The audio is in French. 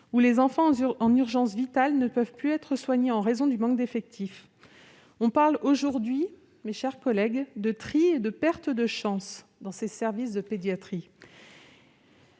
où les enfants en urgence vitale ne peuvent plus être soignés en raison du manque d'effectifs. On parle aujourd'hui, mes chers collègues, de tri et de perte de chance dans ces services. Je ne